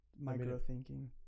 Micro-thinking